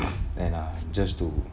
and uh just to